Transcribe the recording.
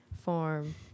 form